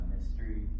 mystery